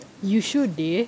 you should [deh]